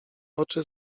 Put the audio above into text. oczy